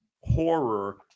horror